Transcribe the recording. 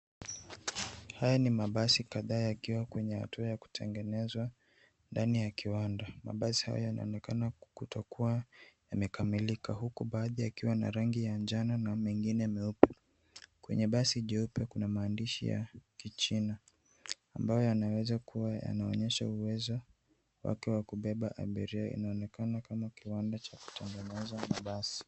Haya ni mabasi kadhaa yakiwa kwenye hatua ya kutengenezwa ndani ya kiwanda. Mabasi hayo yanaonekana kutokuwa imekamilika huku baadhi yakiwa na rangi ya njano na mengine meupe. Kwenye basi jeupe kuna maandishi ya Kichina ambayo yanaweza kuwa yanaonyesha uwezo wake wa kubeba abiria. Inaonekana kama kiwanda cha kutengeneza mabasi.